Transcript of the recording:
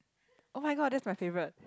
oh-my-god that's my favourite